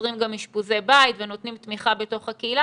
יוצרים גם אשפוזי בית ונותנים תמיכה בתוך הקהילה